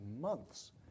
months